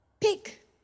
Pick